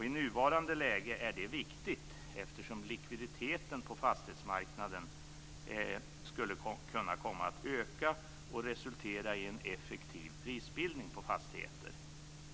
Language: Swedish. I nuvarande läge är det viktigt, eftersom likviditeten på fastighetsmarknaden kan komma att öka och resultera i en effektiv prisbildning på fastigheter.